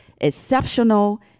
Exceptional